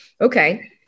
okay